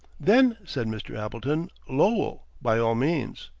then, said mr. appleton, lowell, by all means.